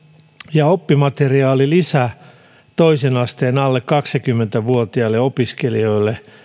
ja oppimateriaalilisä toisen asteen alle kaksikymmentä vuotiaille opiskelijoille